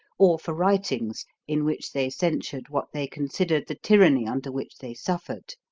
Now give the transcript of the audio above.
or for writings in which they censured what they considered the tyranny under which they suffered.